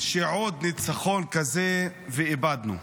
שעוד ניצחון כזה ואבדנו.